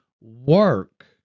work